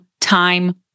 time